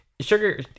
sugar